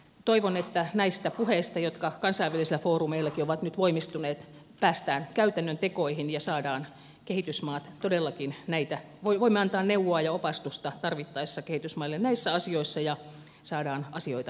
toivon että näistä puheista jotka kansainvälisillä foorumeillakin ovat nyt voimistuneet päästään käytännön tekoihin ja saadaan kehitysmaat todellakin näitä voi voimme antaa neuvoa ja opastusta tarvittaessa kehitysmaille näissä asioissa ja saadaan asioita paranemaan